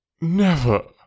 Never